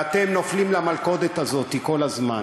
ואתם נופלים למלכודת הזאת כל הזמן: